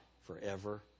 forever